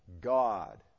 God